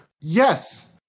Yes